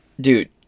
Dude